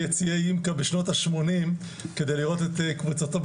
ליציעי ימק"א בשנות השמונים כדי לראות את קבוצתו,